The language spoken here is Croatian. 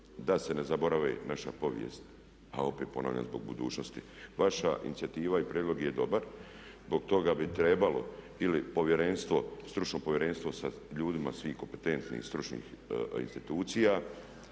da se ne zaboravi naša povijest a opet ponavljam zbog budućnosti. Vaša inicijativa i prijedlog je dobar. Zbog toga bi trebalo ili povjerenstvo, stručno povjerenstvo sa ljudima svim kompetentnim i stručnim institucijama,